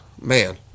man